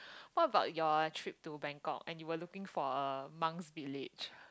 what about your trip to Bangkok and you were looking for a monk's village